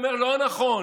אומר: לא נכון,